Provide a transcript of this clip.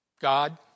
God